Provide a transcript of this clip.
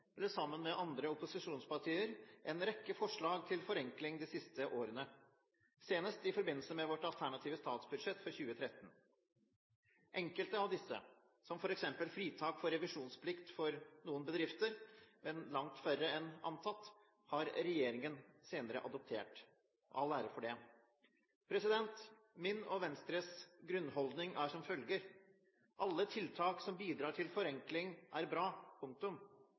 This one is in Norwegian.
eller sammen med andre opposisjonspartier – en rekke forslag til forenkling de siste årene, senest i forbindelse med vårt alternative statsbudsjett for 2013. Enkelte av disse – som f.eks. fritak for revisjonsplikt for noen bedrifter, men langt færre enn antatt – har regjeringen senere adoptert, all ære for det. Min og Venstres grunnholdning er som følger: Alle tiltak som bidrar til forenkling, er bra – punktum.